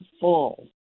full